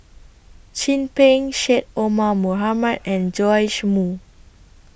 Chin Peng Syed Omar Mohamed and Joash Moo